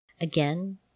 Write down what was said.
again